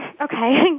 Okay